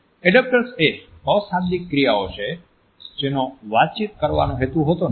એડેપ્ટર્સએ અશાબ્દિક ક્રિયાઓ છે જેનો વાતચીત કરવાનો હેતુ હોતો નથી